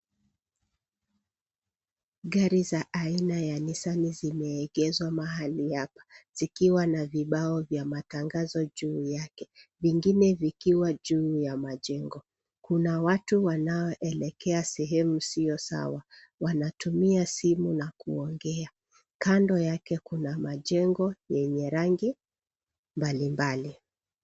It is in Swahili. Gari za aina ya nisani zimeegezwa mahali hapa. Zikiwa na vibao vya matangazo juu yake. Vingine vikiwa juu ya majengo. Kuna watu wanaoelekea sehemu siyo sawa. Wanatumia simu na kuongea. Kando yake kuna majengo yenye rangi mbalimbali.